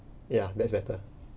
that's better ya